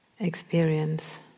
Experience